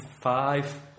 five